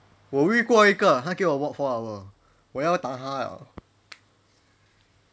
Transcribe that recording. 我遇过一个他给我 walk four hour 我要打他 liao